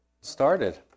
started